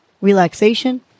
relaxation